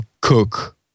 cook